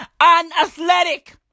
unathletic